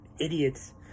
idiots